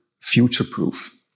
future-proof